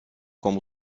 com